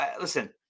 listen